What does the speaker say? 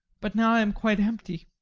but now i am quite empty.